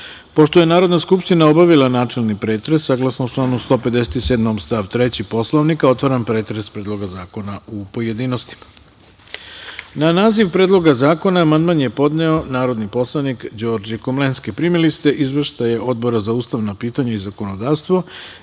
je Narodna skupština obavila načelni pretres, saglasno članu 157. stav 3. Poslovnika, otvaram pretres Predloga zakona u pojedinostima. Na naziv Predloga zakona amandman je podneo narodni poslanik Đorđe Komlenski. Primili ste izveštaje Odbora za ustavna pitanja i zakonodavstvo